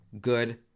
good